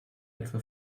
etwa